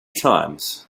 times